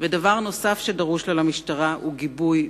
ודבר נוסף שדרוש לה למשטרה הוא גיבוי מלמעלה.